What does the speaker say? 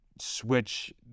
switch